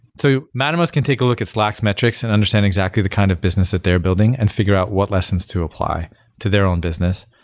so mattermost can take a look at slack's metrics and understand exactly the kind of business that they're building and figure out what lessons to apply to their own business.